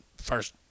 first